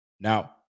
Now